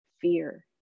fear